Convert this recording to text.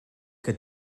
que